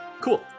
Cool